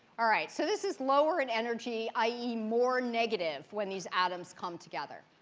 all right, so this is lower in energy, i e. more negative, when these atoms come together.